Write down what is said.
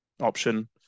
option